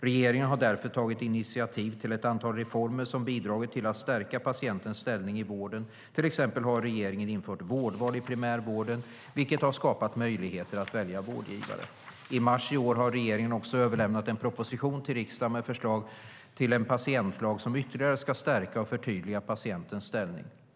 Regeringen har därför tagit initiativ till ett antal reformer som bidragit till att stärka patientens ställning i vården, till exempel har regeringen infört vårdval i primärvården vilket har skapat möjligheter att välja vårdgivare. I mars i år har regeringen också överlämnat en proposition till riksdagen med förslag till en patientlag som ytterligare ska stärka och förtydliga patientens ställning.